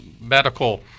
medical